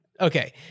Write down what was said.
Okay